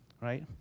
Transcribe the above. right